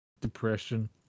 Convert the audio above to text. depression